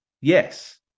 Yes